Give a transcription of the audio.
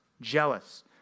jealous